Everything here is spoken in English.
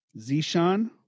Zishan